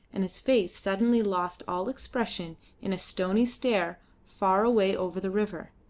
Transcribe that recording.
and his face suddenly lost all expression in a stony stare far away over the river.